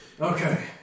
Okay